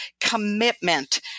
commitment